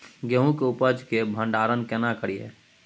गेहूं के उपज के भंडारन केना करियै?